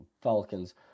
Falcons